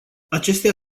acestea